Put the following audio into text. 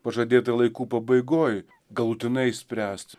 pažadėta laikų pabaigoj galutinai išspręst